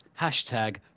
hashtag